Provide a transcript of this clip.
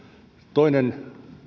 toinen